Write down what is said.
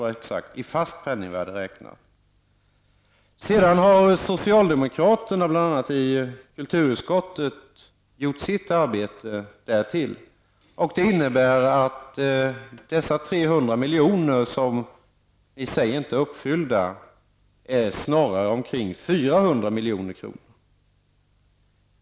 Det innebär att i stället för 300 miljoner är det snarare 400 miljoner -- och ni säger att utfästelsen inte är uppfylld.